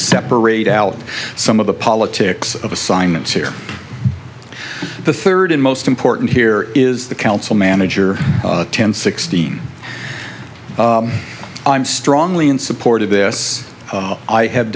separate out some of the politics of assignments here the third and most important here is the council manager ten sixteen i'm strongly in support of this i ha